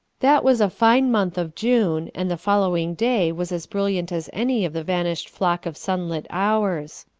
that was a fine month of june, and the following day was as brilliant as any of the vanished flock of sunlit hours.